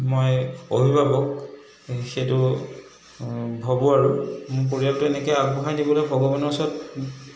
মই অভিভাৱক সেইটো ভাবোঁ আৰু পৰিয়ালটো এনেকৈ আগবঢ়াই নিবলৈ ভগৱানৰ ওচৰত